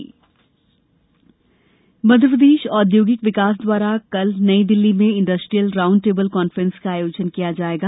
Delhi conference Madhya Pradesh औद्योगिक विकास द्वारा कल नई दिल्ली में इंडस्ट्रियल राउंड टेबल कॉफ्रेंस का आयोजन किया जायेगा